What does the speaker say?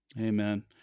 Amen